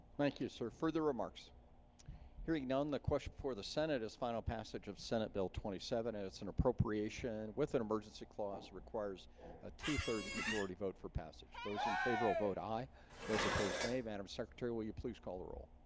thank you sir further remarks here he done the question for the senate is final passage of senate bill twenty seven and it's an appropriation with emergency clause requires a two-thirds majority vote for passage those in favor of vote aye those opposed nay madame secretary. will you please call the roll?